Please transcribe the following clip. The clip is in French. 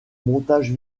montage